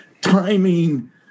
timing